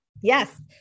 Yes